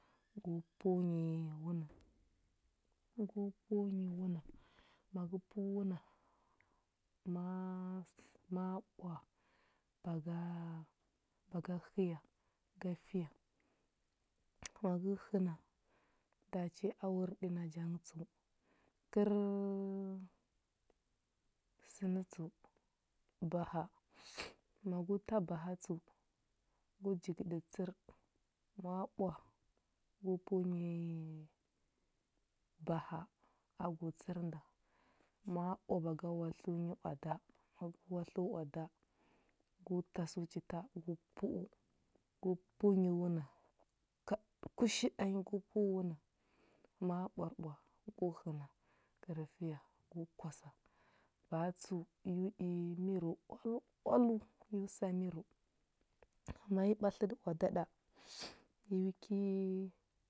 Gu pəu nyi wuna, gu pəu wuna. Ma gə pəu wuna, ma ma ɓwa ba ga ba ga həya. Ga fiya. Ma gə həna, dachi a wurɗə naja ngə tsəu. Kər sənə tsəu, baha. Ma gu ta baha tsəu, gu jigəɗə tsər, ma ɓwa gu pəu nyi baha agu tsər nda, ma ɓwa ba ga watliya nyi oada. ma gə watləu oada gu tasəu chita gu pəu, gu pəu nyi wuna kaɗ kushi ɗanyi gu pəu wuna, ma ɓwarɓwa gu həna kər fiya, gu kwasa. Ba a tsəu yu i mirəu oal oaləu, yu sa mirəu. Ma yi ɓatləɗə oada ɗa, yu ki